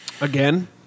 Again